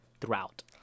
throughout